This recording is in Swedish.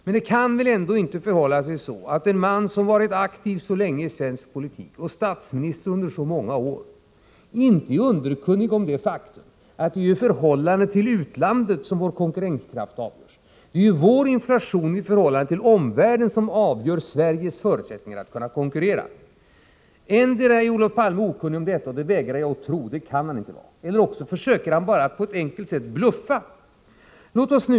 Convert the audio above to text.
Men det kan väl ändå inte förhålla sig så att en man som varit aktiv så länge i svensk politik och statsminister under så många år inte är underkunnig om det faktum att det är i förhållande till utlandet som vår konkurrenskraft avgörs. Det är ju vår inflation i förhållande till omvärldens som avgör Sveriges förutsättningar att konkurrera. Antingen är Olof Palme okunnig om detta, och det vägrar jag att tro — det kan han inte vara — eller också försöker han bara på ett enkelt sätt bluffa.